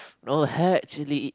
no hair actually